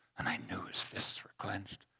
and i knew his fists were clenched.